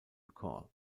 call